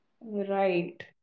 Right